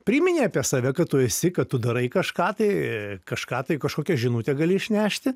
priminei apie save kad tu esi kad tu darai kažką tai kažką tai kažkokią žinutę gali išnešti